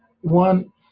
One